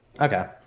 okay